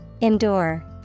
Endure